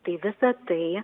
tai visa tai